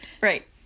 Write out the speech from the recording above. Right